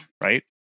right